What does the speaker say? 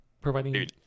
Providing